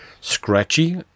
scratchy